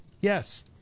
Yes